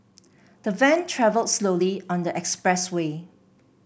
the van travelled slowly on the expressway